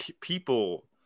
people